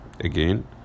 Again